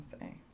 say